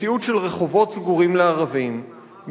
מציאות של רחובות סגורים לערבים,